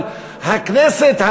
אבל הכנסת,